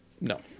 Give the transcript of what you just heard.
No